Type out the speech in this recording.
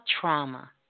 trauma